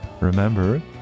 remember